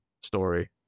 story